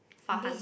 Farhan